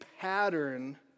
pattern